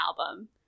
album